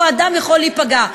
אותו בן-אדם יכול להיפגע.